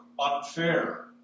unfair